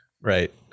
right